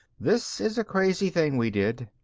this is a crazy thing we did.